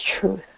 truth